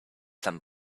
some